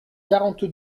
quarante